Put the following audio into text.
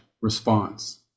response